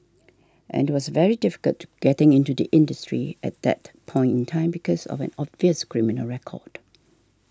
and it was very difficult to getting into the industry at that point in time because of an obvious criminal record